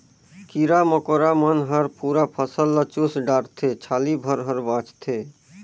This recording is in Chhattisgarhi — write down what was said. कीरा मकोरा मन हर पूरा फसल ल चुस डारथे छाली भर हर बाचथे